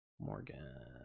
Morgan